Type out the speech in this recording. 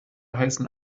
heißen